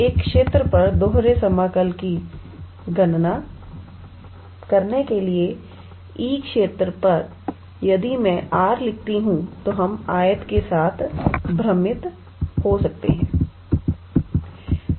तो एक क्षेत्र पर दोहरे समाकल की गणना मान लीजिए E क्षेत्र पर यदि मैं R लिखती हूं तो हम आयत के साथ भ्रमित हो सकते हैं